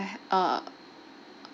ha~ uh